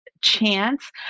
chance